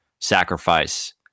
sacrifice